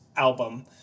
album